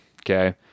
Okay